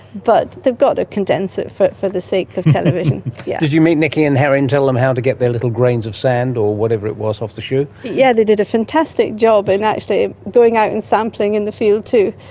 but they've got to condense it for it for the sake of television. yeah did you meet nikki and harry and tell them how to get their little grains of sand or whatever it was off the shoe? yeah yes, they did a fantastic job, and actually going out and sampling in the field too,